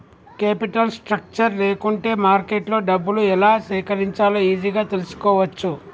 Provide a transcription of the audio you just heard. capital structure లేకుంటే మార్కెట్లో డబ్బులు ఎలా సేకరించాలో ఈజీగా తెల్సుకోవచ్చు